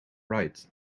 right